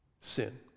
sin